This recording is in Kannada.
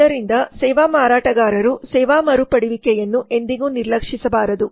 ಆದ್ದರಿಂದ ಸೇವಾ ಮಾರಾಟಗಾರರು ಸೇವಾ ಮರುಪಡೆಯುವಿಕೆಯನ್ನು ಎಂದಿಗೂ ನಿರ್ಲಕ್ಷಿಸಬಾರದು